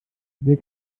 wer